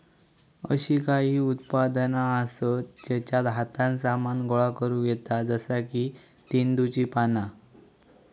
अशी काही उत्पादना आसत जेच्यात हातान सामान गोळा करुक येता जसा की तेंदुची पाना